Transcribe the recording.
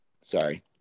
Sorry